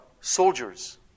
soldiers